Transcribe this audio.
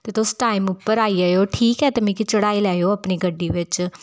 ते तुस टैम उप्पर आई जाएओ ठीक ऐ ते मिगी चढ़ाई लैएओ अपनी गड्डी बिच्च